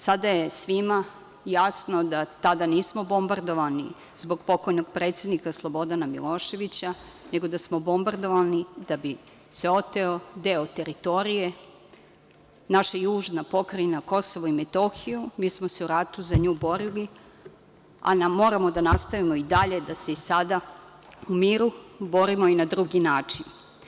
Sada je svima jasno da tada nismo bombardovani zbog pokojnog predsednika Slobodana Miloševića, nego da smo bombardovani da se oteo deo teritorije, naša južna pokrajina Kosovo i Metohija, mi smo se u ratu za nju borili, a moramo da nastavimo dalje i da se i sada u miru borimo i na drugi način.